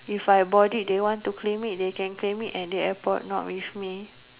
if I bought it they want to claim it they can claim it at the airport not with me